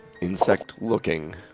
insect-looking